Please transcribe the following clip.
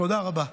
תודה רבה.